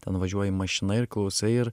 ten važiuoji mašina ir klausai ir